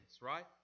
right